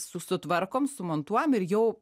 su sutvarkom sumontuojam ir jau